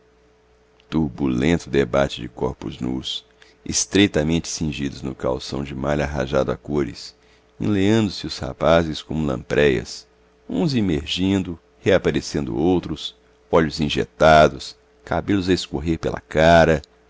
turbulento debate de corpos nus estreitamente cingidos no calção de malha rajado a cores enleando se os rapazes como lampreias uns imergindo reaparecendo outros olhos injetados cabelos a escorrer pela cara